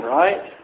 right